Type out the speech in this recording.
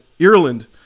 Ireland